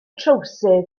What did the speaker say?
trowsus